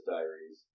Diaries